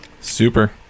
Super